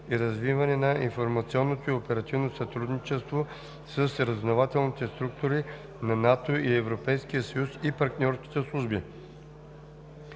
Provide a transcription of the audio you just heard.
и развиване на информационното и оперативно сътрудничество с разузнавателните структури на НАТО и ЕС и партньорските служби.